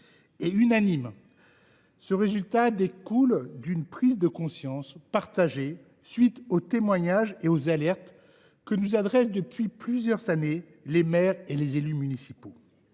et unanime. Ce résultat découle d’une prise de conscience partagée, à la suite des témoignages et des alertes que nous adressent depuis plusieurs années les maires et les élus municipaux.